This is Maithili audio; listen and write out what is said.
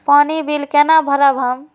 पानी बील केना भरब हम?